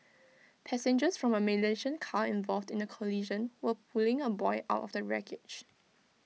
passengers from A Malaysian car involved the collision were pulling A boy out of the wreckage